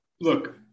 look